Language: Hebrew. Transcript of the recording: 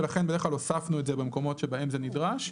ולכן בדרך כלל הוספנו את זה במקומות שבהם זה נדרש,